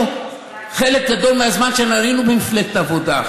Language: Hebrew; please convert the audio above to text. חלק גדול מהזמן שלנו היינו במפלגת העבודה,